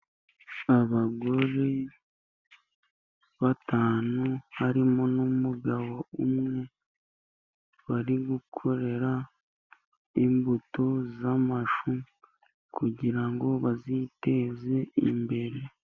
Abagore batanu harimo n'umugabo umwe, bari gukorera imbuto z'amashu, kugira ngo baziteze imbere.